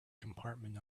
compartment